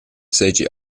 seigi